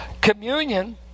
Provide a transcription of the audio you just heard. Communion